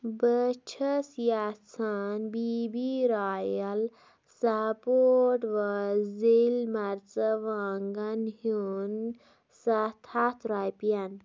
بہٕ چھَس یژھان بی بی رایل سابوٗٹ وۄزٕلۍ مرژٕوانٛگن ہیوٚن سَتھ ہَتھ رۄپیَن